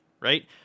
right